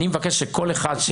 אני מבקש שכל אחד,